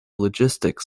logistics